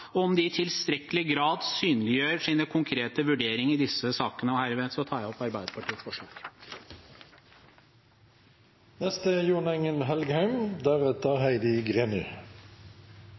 og om de i tilstrekkelig grad synliggjør sine konkrete vurderinger i disse sakene.»